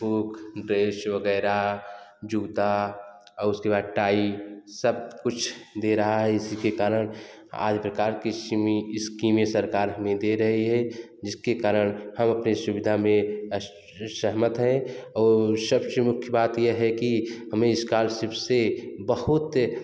book dress वगैरह जूता और उसके बाद टाई सब कुछ दे रहा है इसी के कारण आदि प्रकार की सुनी स्कीमें सरकार हमें दे रही है जिसके कारण हम अपने सुविधा में सहमत हैं औ सबसे मुख्य बात यह है कि हमें इसका सबसे बहुत